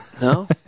No